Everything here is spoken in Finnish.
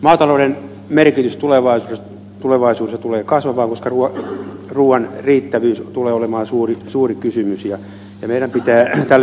maatalouden merkitys tulevaisuudessa tulee kasvamaan koska ruuan riittävyys tulee olemaan suuri kysymys ja meidän pitää tälle puolelle panostaa